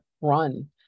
Run